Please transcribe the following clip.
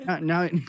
Now